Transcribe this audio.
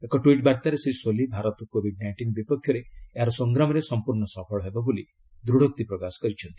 ଏକ ଟ୍ୱିଟ୍ ବାର୍ତ୍ତାରେ ଶ୍ରୀ ସୋଲିହ୍ ଭାରତ କୋବିଡ୍ ନାଇଷ୍ଟିନ୍ ବିପକ୍ଷରେ ଏହାର ସଂଗ୍ରାମରେ ସମ୍ପର୍ଣ୍ଣ ସଫଳ ହେବ ବୋଲି ଦୂଢୋକ୍ତି ପ୍ରକାଶ କରିଛନ୍ତି